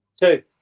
Two